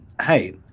Hey